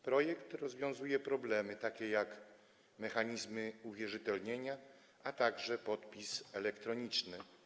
Projekt rozwiązuje problemy takie jak mechanizmy uwierzytelnienia, a także podpis elektroniczny.